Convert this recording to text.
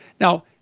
Now